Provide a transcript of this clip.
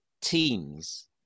teams